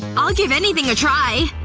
i'll give anything a try!